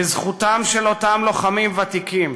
בזכותם של אותם לוחמים ותיקים,